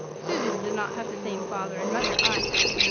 susan did not have the same father and mother i had.